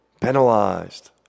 penalized